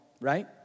right